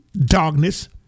darkness